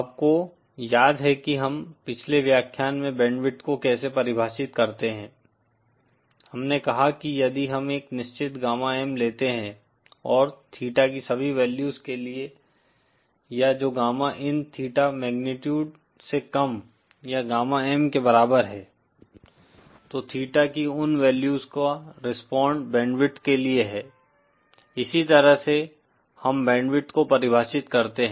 आपको याद है कि हम पिछले व्याख्यान में बैंडविड्थ को कैसे परिभाषित करते हैं हमने कहा कि यदि हम एक निश्चित गामा M लेते हैं और थीटा की सभी वैल्यूज के लिए या जो गामा इन थीटा मैगनीटुड से कम या गामा M के बराबर है तो थीटा की उन वैल्यूज का रेस्पोन्ड बैंडविड्थ के लिए है इसी तरह से हम बैंडविड्थ को परिभाषित करते हैं